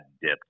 dipped